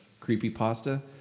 Creepypasta